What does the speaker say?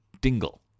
Dingle